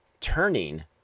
turning